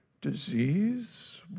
disease